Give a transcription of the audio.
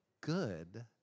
Good